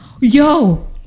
yo